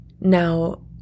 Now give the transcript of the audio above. Now